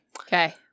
okay